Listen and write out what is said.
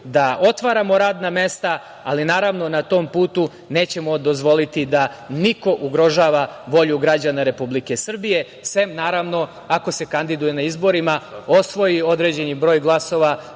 da otvaramo radna mesta, ali naravno na tom putu nećemo dozvoliti da niko ugrožava volju građana Republike Srbije, sem naravno ako se kandiduje na izborima, osvoji određen broj glasova.